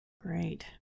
Great